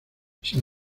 sin